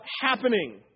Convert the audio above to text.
happening